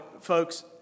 folks